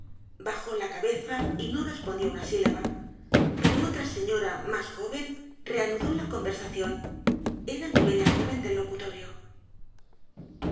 bajó la cabeza y no respondió una sílaba pero otra señora más joven reanudó la conversación era mi bella joven del locutorio